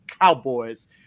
Cowboys